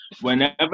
whenever